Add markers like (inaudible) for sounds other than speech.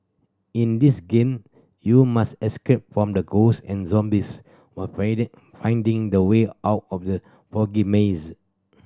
in this game you must escape from the ghost and zombies while (unintelligible) finding the way out of the foggy maze